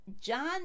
John